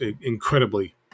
incredibly